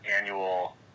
annual